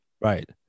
Right